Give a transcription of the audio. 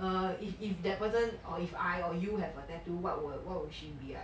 err if if that person or if I or you have a tattoo what will what will she be like